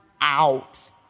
out